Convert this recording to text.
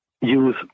use